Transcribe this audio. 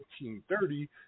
1830